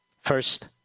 First